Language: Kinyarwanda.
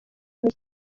mike